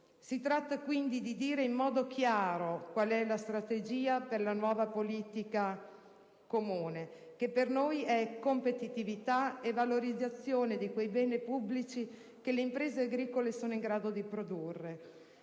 Si tratta quindi di dire in modo chiaro qual è la strategia per la nuova politica comune: per noi è competitività e valorizzazione di quei beni pubblici che le imprese agricole sono in grado di produrre.